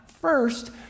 first